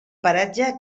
paratge